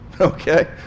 Okay